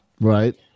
Right